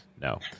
no